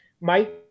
Mike